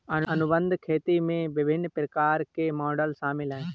अनुबंध खेती में विभिन्न प्रकार के मॉडल शामिल हैं